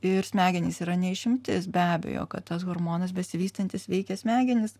ir smegenys yra ne išimtis be abejo kad tas hormonas besivystantis veikia smegenis